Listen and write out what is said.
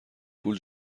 پول